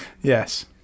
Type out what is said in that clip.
Yes